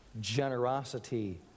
generosity